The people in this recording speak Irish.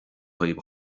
daoibh